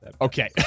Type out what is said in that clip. Okay